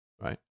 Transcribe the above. right